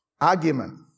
Argument